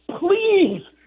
Please